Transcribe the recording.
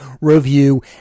review